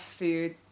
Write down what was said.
food